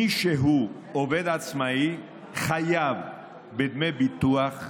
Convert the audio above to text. מי שהוא עובד עצמאי חייב בדמי ביטוח,